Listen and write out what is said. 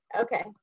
Okay